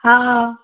हा